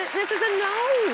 this is a no.